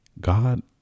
God